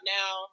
now